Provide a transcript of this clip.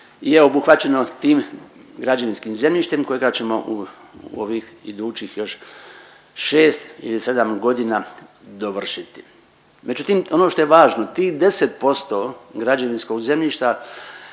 je obuhvaćeno tim građevinskim zemljištem kojega ćemo u ovih idućih još 6 ili 7 godina dovršiti. Međutim, ono što je važno tih 10% građevinskog zemljišta